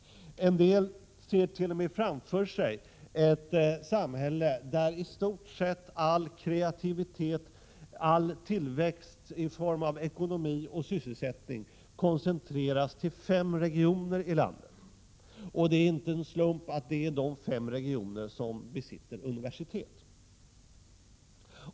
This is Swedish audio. En delt.o.m. ser framför sig ett samhälle där i stort sett all kreativitet, all tillväxt i form av ekonomi och sysselsättning koncentreras till fem regioner i landet. Det är inte en slump att det är de fem regioner som besitter universitet.